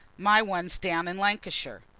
my one's down in lancashire.